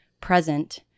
present